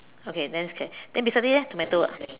okay then it's okay then beside it eh tomato ah